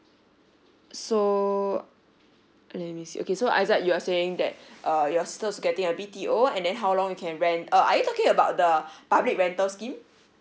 so uh let me see okay so izat you are saying that uh your still getting a B_T_O and then how long you can rent uh are you talking about the public rental scheme